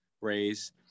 raise